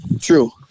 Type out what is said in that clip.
true